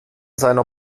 seiner